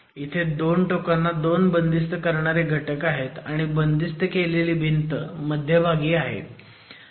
इथे 2 टोकांना 2 बंदिस्त करणारे घटक आहेत आणि बंदिस्त केलेली भिंत मध्यभागी आहे